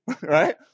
right